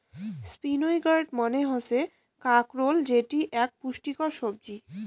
spiny gourd মানে হসে কাঁকরোল যেটি আক পুষ্টিকর সবজি